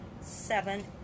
seven